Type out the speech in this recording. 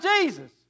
Jesus